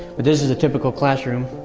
but this is a typical classroom.